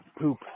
poop